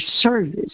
service